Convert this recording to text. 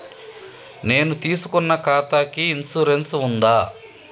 నేను తీసుకున్న ఖాతాకి ఇన్సూరెన్స్ ఉందా?